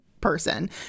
person